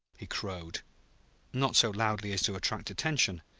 he crowed not so loudly as to attract attention,